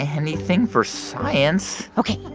anything for science ok.